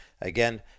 Again